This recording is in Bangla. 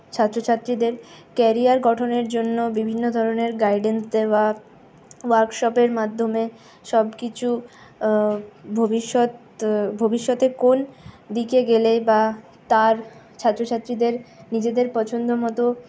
ছাত্রছাত্রীদের কেরিয়ার গঠনের জন্য বিভিন্ন ধরনের গাইডেন্স দেওয়া ওয়ার্কশপের মাধ্যমে সবকিছু ভবিষ্যৎ ভবিষ্যতে কোন দিকে গেলে বা তার ছাত্রছাত্রীদের নিজেদের পছন্দ মতো